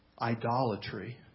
idolatry